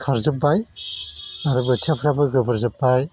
खारजोबबाय आरो बोथियाफ्राबो गोबोर जोब्बाय